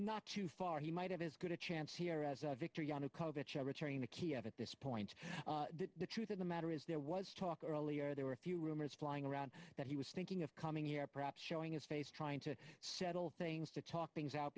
not too far he might have as good a chance here as viktor yanukovych returning to kiev at this point the truth of the matter is there was talk earlier there were a few rumors flying around that he was thinking of coming here perhaps showing his face trying to settle things to talk things out